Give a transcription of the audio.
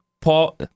Paul